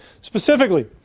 specifically